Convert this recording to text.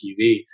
TV